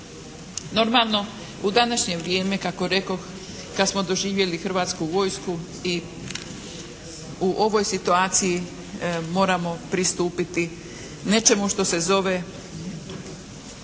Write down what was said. Normalno, u današnje vrijeme kako rekoh kad smo doživjeli Hrvatsku vojsku i u ovoj situaciji moramo pristupiti nečemu što se zove